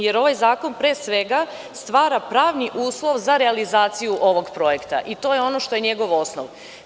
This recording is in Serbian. Jer, ovaj zakon pre svega stvara pravni uslov za realizaciju ovog projekta i to je ono što je njegov osnov.